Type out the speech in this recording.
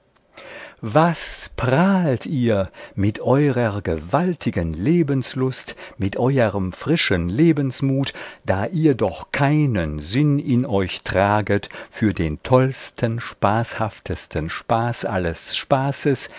was prahlt ihr mit eurer gewaltigen lebenslust mit euerm frischen lebensmut da ihr doch keinen sinn in euch traget für den tollsten spaßhaftesten spaß alles spaßes